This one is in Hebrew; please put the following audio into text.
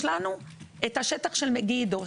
יש לנו את השטח של מגידו,